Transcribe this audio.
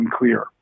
unclear